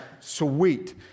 sweet